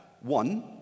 One